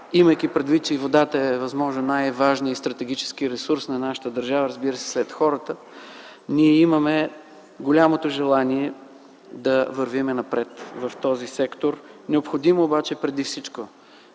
имайки предвид, че водата е възможно най-важния стратегически ресурс на нашата държава, разбира се, след хората, ние имаме голямото желание да вървим напред в този сектор. Необходимо е обаче преди всичко